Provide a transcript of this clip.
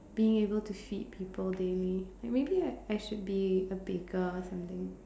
being able to feed people daily like maybe I I should be a baker or something